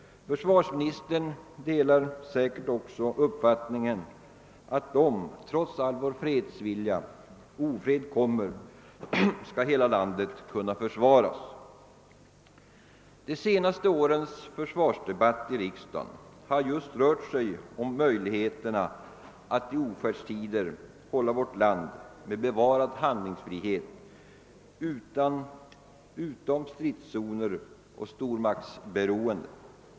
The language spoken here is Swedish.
Försvarsministern delar säkert också uppfattningen att hela landet skall kunna försvaras, om ofred kommer trots all vår fredsvilja. De senaste årens försvarsdebatt i riksdagen har just rört sig om vårt lands möjligheter till bevarad handlingsfrihet i ofärdstider och möjligheterna att hålla vårt land utanför stridszoner och stormaktsberoende.